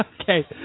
Okay